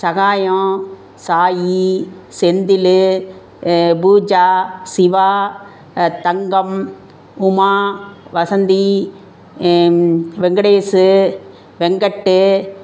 Sagayam Sai Senthil Pooja Siva Thangam Uma Vasanthi Venkatesh Venkat